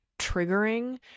triggering